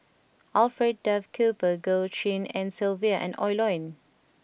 Alfred Duff Cooper Goh Tshin En Sylvia and Oi Lin